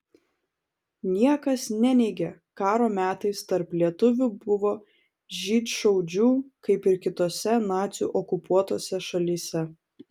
niekas neneigia karo metais tarp lietuvių buvo žydšaudžių kaip ir kitose nacių okupuotose šalyse